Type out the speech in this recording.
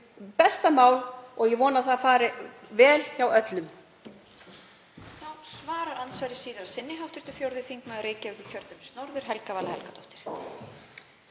besta mál og vona að það fari vel hjá öllum.